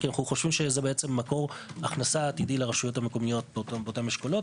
כי אנחנו חושבים שזה מקור הכנסה עתידי לרשויות המקומיות באותן אשכולות.